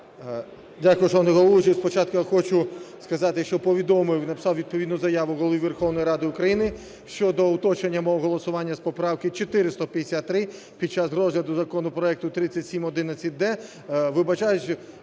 Дякую, шановний головуючий. Спочатку я хочу сказати, що повідомив і написав відповідну заяву Голові Верховної Ради України щодо уточнення мого голосування з поправки 453 під час розгляду законопроекту 3711-д. Вибачаюсь,